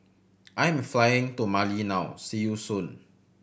I am flying to Mali now see you soon